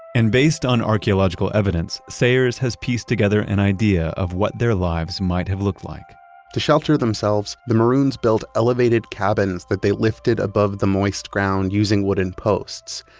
and based on archeological evidence, sayers has pieced together an idea of what their lives might have looked like to shelter themselves, the maroons built elevated cabins that they lifted above the moist ground using wooden posts.